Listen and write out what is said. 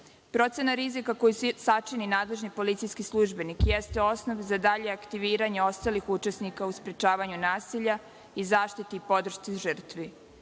Procena rizika koju sačini nadležni policijski službenik jeste osnov za dalje aktiviranje ostalih učesnika u sprečavanju nasilja i zaštiti i podršci žrtvi.